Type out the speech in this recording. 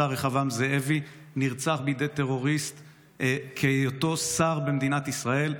השר רחבעם זאבי נרצח בידי טרוריסט בהיותו שר במדינת ישראל.